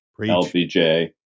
LBJ